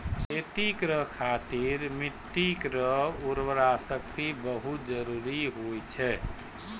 खेती करै खातिर मिट्टी केरो उर्वरा शक्ति बहुत जरूरी होय छै